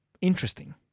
interesting